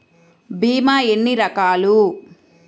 భీమ ఎన్ని రకాలు?